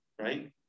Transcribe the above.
right